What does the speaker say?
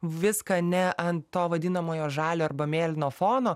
viską ne ant to vadinamojo žalio arba mėlyno fono